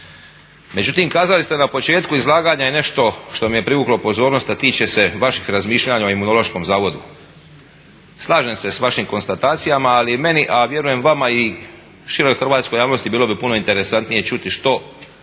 Međutim, kazali ste na početku izlaganja i nešto što mi je privuklo pozornost, a tiče se vaših razmišljanja o Imunološkom zavodu. Slažem se s vašim konstatacijama ali meni a vjerujem i vama i široj hrvatskoj javnosti bilo bi puno interesantnije čuti što